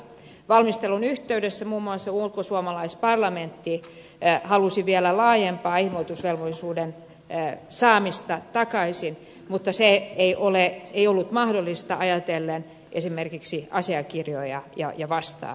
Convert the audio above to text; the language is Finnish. valmistelun yhteydessä muun muassa ulkosuomalaisparlamentti halusi vielä laajempaa ilmoitusvelvollisuuden saamista takaisin mutta se ei ollut mahdollista ajatellen esimerkiksi asiakirjoja ja vastaavia